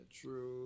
True